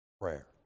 prayer